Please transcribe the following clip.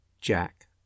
Jack